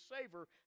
savor